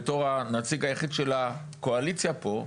הנציג היחיד של הקואליציה פה,